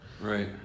right